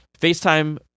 FaceTime